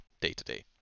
day-to-day